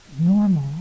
normal